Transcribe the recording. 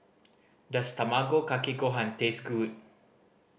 does Tamago Kake Gohan taste good